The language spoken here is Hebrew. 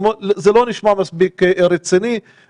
זה לא נשמע מספיק רציני.